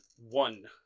one